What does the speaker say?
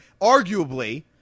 arguably